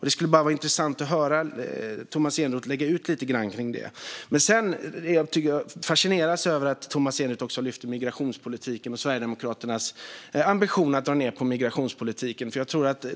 Det skulle vara intressant att höra Tomas Eneroth utveckla det lite grann. Jag fascineras över att Tomas Eneroth också lyfte fram migrationspolitiken och Sverigedemokraternas ambition att dra ned på den.